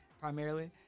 primarily